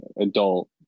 adult